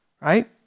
right